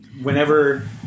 Whenever